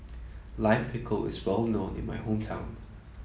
Lime Pickle is well known in my hometown